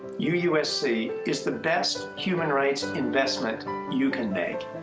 u usc is the best human rights investment you can make.